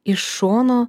iš šono